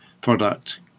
product